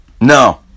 No